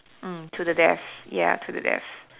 mm to the death ya to the death